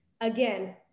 Again